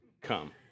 come